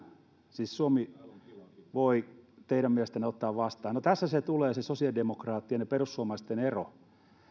siis suomi voi teidän mielestänne ottaa vastaan no tässä se tulee se sosiaalidemokraattien ja perussuomalaisten ero